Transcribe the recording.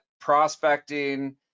prospecting